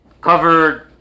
covered